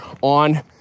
on